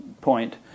point